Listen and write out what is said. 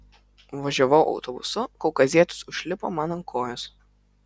važiavau autobusu kaukazietis užlipo man ant kojos